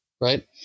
right